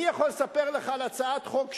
אני יכול לספר לך על הצעת חוק שלי,